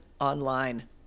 online